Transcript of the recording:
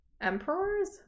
emperors